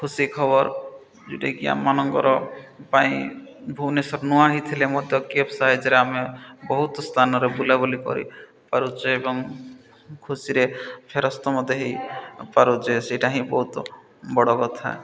ଖୁସି ଖବର ଯେଉଁଟାକି ଆମମାନଙ୍କର ପାଇଁ ଭୁବନେଶ୍ୱର ନୂଆ ହୋଇଥିଲେ ମଧ୍ୟ କେଫ୍ ସାଇଜ୍ରେ ଆମେ ବହୁତ ସ୍ଥାନରେ ବୁଲାବୁଲି କରିପାରୁଛେ ଏବଂ ଖୁସିରେ ଫେରସ୍ତ ମଧ୍ୟ ହୋଇପାରୁଛେ ସେଇଟା ହିଁ ବହୁତ ବଡ଼ କଥା